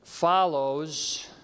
follows